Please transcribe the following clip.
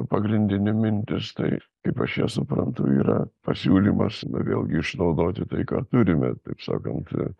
pagrindinė mintis tai kaip aš ją suprantu yra pasiūlymas vėlgi išnaudoti tai ką turime taip sakant